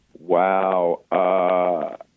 Wow